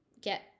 get